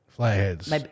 Flatheads